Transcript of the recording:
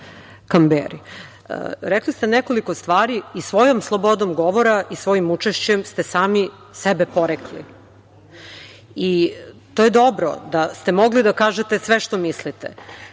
rekli ste nekoliko stvari i svojom slobodom govora i svojim učešćem ste sami sebe porekli. To je dobro da ste mogli da kažete sve što mislite.